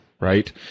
right